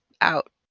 out